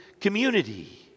community